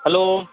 hello